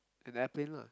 an airplane lah